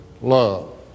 love